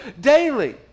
daily